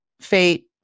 fate